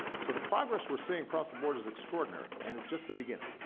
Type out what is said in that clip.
so the progress we're seeing across the board is extraordinary, and it's just the beginning.